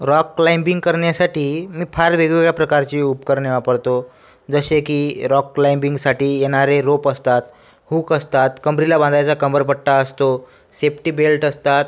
rock climbing करण्यासाठी मी फार वेगवेगळ्या प्रकारची उपकरणे वापरतो जसे की रॉक क्लाईम्बिंगसाठी येणारे रोप असतात हूक असतात कमरेला बांधायचा कंबरपट्टा असतो सेप्टी बेल्ट असतात